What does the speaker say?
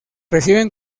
reciben